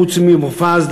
חוץ ממופז,